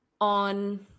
on